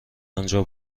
آنجا